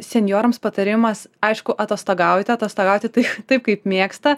senjorams patarimas aišku atostogaujate atostogauti tai taip kaip mėgsta